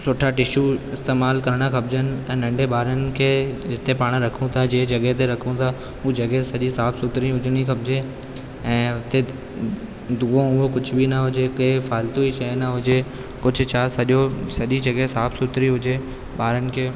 सुठा टिशू इस्तेमालु करणा खपजनि नंढे ॿारनि खे जिते पाण रखूं था जंहिं जॻह ते रखूं था उहा जॻह सॼी साफ़ सुथिरी हुजणी खपिजे ऐं हुते दुआ वुआ कुझ बि न हुजे फालतुअ जी शइ न हुजे कुझु छा सॼो सॼी जॻह साफ़ सुथरी हुजे ॿारनि खे